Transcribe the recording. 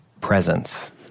presence